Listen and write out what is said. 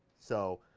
so,